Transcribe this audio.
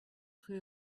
rue